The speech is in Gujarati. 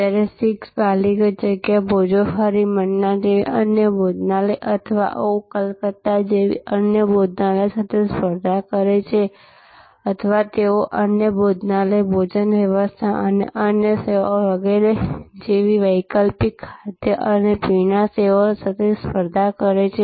જ્યારે 6 બાલીગંજ જગ્યા ભોજોહોરી મન્ના જેવી અન્ય ભોજનાલય અથવા ઓહ કલકત્તા જેવી અન્ય ભોજનાલય સાથે સ્પર્ધા કરે છે અથવા તેઓ અન્ય ભોજનાલય ભોજન વ્યવસ્થા અન્ય સેવાઓ વગેરે જેવી વૈકલ્પિક ખાદ્ય અને પીણા સેવાઓ સાથે સ્પર્ધા કરે છે